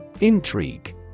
Intrigue